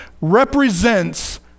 represents